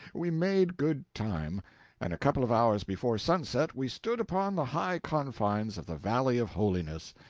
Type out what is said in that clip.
we made good time and a couple of hours before sunset we stood upon the high confines of the valley of holiness,